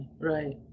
right